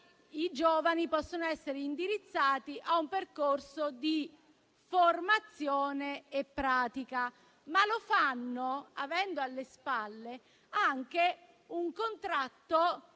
i giovani possono essere indirizzati a un percorso di formazione e pratica, ma lo fanno avendo alle spalle un contratto